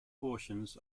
portions